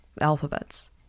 alphabets